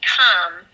come